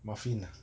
muffin ah